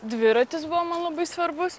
dviratis buvo man labai svarbus